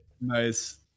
nice